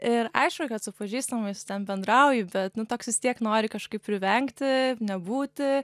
ir aišku kad su pažįstamais ten bendrauju bet nu toks vis tiek nori kažkaip privengti nebūti